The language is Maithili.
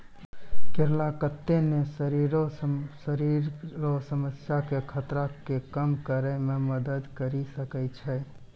करेला कत्ते ने शरीर रो समस्या के खतरा के कम करै मे मदद करी सकै छै